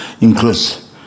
includes